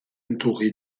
entouré